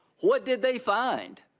what did they find?